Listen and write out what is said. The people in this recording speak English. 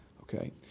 okay